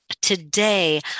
Today